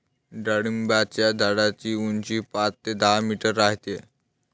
डाळिंबाच्या झाडाची उंची पाच ते दहा मीटर राहते